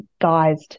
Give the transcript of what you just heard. guised